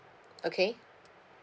okay